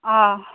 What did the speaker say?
आ